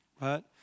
Right